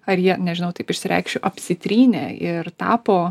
ar jie nežinau taip išsireikšiu apsitrynė ir tapo